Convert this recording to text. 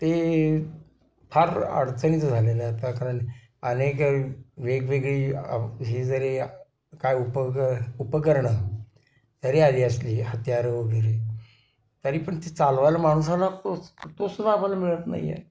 ते फार अडचणीचं झालेलं आहे आता कारण अनेक वेगवेगळी ही जरी काय उपक उपकरणं जरी आली असली हत्यारं वगैरे तरी पण ती चालवायला माणसाला तोस तो सुद्धा आम्हाला मिळत नाही आहे